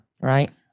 Right